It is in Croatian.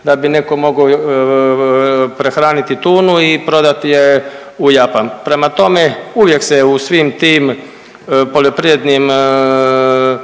da bi netko mogao prehraniti tunu i prodati u Japan. Prema tome, uvijek se u svim tim poljoprivrednim